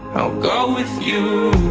go with you.